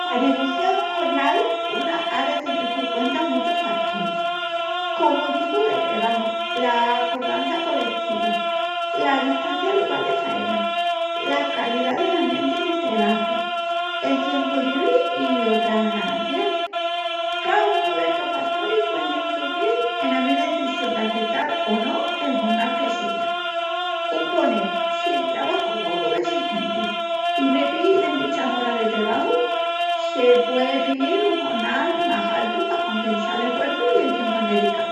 Pa negocial un jornal, una á de tenel por cuenta muchus fatoris, comu'l tipu de trebaju, l'acordança coletiva, la distancia al lugal de faena, la calidá del ambienti nel trebaju, el tiempu libri i otras ganancias. Caúnu d'estus fatoris puein enfrugil ena mi decisión d'acetal o no el jornal que seya. Un ponel, si el trebaju es mu dessigenti, i me píi de muchas oras de trebaju, se pue piíl un jornal más altu pa compensal l'eshuerçu i el tiempu endedicau.